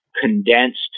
condensed